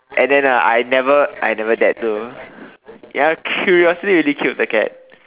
and then I never I never dared to ya curiosity really killed the cat